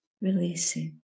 releasing